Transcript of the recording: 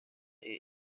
est